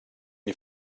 you